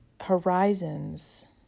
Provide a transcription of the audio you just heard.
horizons